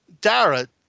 Dara